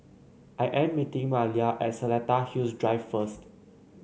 I am meeting Maleah at Seletar Hills Drive first